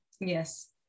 Yes